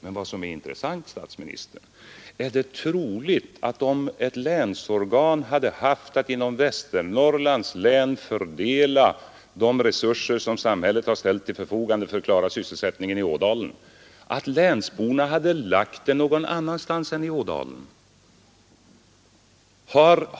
Men vad som är intressant, herr statsminister, är detta: Om ett länsorgan hade haft att inom Västernorrlands län fördela de resurser som samhället har ställt till förfogande för att klara sysselsättningen i Ädalen, är det då troligt att länsborna hade lagt ner dessa resurser någon annanstans än i Ådalen?